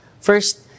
First